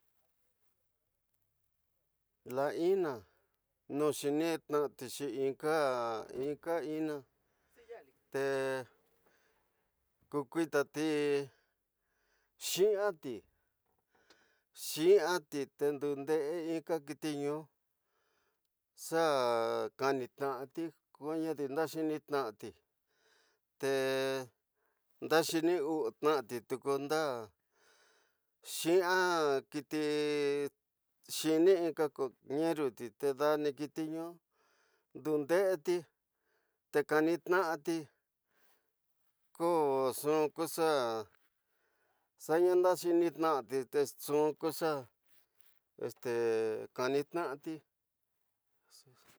Laina no xininati xi'inka, inka laa te kukui- t piñati, xinati te nd u inka kiti ñu xa kanitnat ko na xinintati te ñadi xinind u; ñu kunda piñati kiti xin, inka ku penut te dani kiti ñu ndue dent, te dani te ko uxu xa xaiña xinintati, te nxu ku xa kanitnati